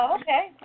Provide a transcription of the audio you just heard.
Okay